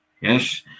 Yes